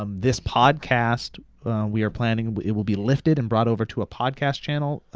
um this podcast we're planning it will be lifted and brought over to a podcast channel.